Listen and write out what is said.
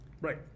Right